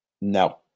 No